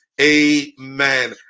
amen